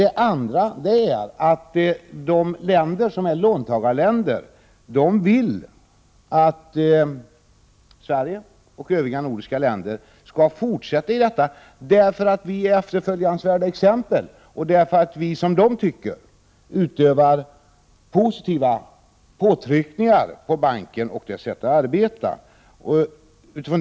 Det andra är att låntagarländerna vill att Sverige och övriga nordiska länder skall fortsätta i Världsbanken, därför att vi är efterföljansvärda exempel och därför att vi, som de tycker, utövar positiva påtryckningar på banken i fråga om dess sätt att arbeta.